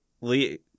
Lee